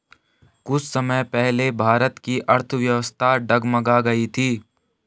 कुछ समय पहले भारत की अर्थव्यवस्था डगमगा गयी थी